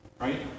Right